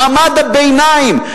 מעמד הביניים,